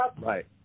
Right